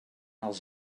els